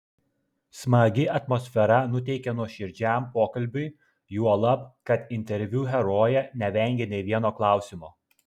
smagi atmosfera nuteikė nuoširdžiam pokalbiui juolab kad interviu herojė nevengė nė vieno klausimo